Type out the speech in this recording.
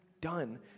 done